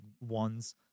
ones